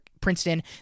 Princeton